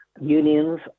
Unions